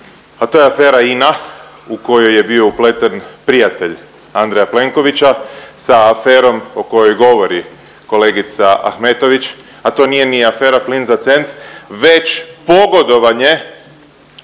a to je afera INA u koju je bio upleten prijatelj Andreja Plenkovića sa aferom o kojoj govorili kolegica Ahmetović, a to nije ni afera Plin za cent već pogodovanje